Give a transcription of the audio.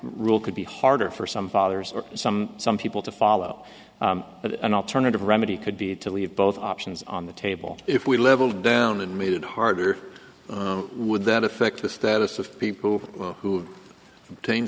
rule could be harder for some fathers or some some people to follow but an alternative remedy could be to leave both options on the table if we leveled down and made it harder would that affect the status of people who